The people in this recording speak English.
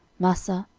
massa,